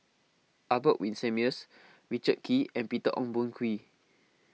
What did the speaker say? Albert Winsemius Richard Kee and Peter Ong Boon Kwee